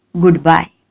goodbye